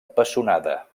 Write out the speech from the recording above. pessonada